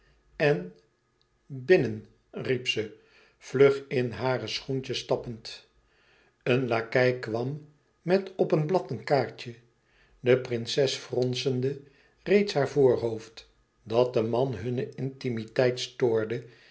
en binnen riep ze vlug in hare schoentjes stappend een lakei kwam met op een blad een kaartje de prinses fronsende reeds haar voorhoofd dat de man hunne intimiteit stoorde